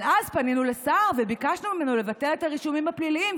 אבל אז פנינו לסער וביקשנו ממנו לבטל את הרישומים הפליליים,